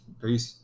Peace